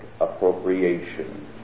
appropriation